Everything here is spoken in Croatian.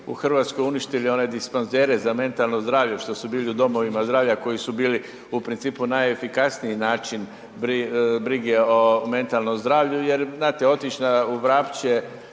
u Hrvatskoj uništili one dispanzere za mentalno zdravlje što su bili u domovima zdravlja koji su bili u principu najefikasniji način brige o mentalnom zdravlju, jer znate otić u Vrapče